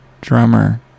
drummer